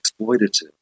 exploitative